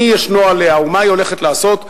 מי ישנו עליה ומה היא הולכת לעשות,